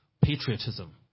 patriotism